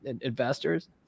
investors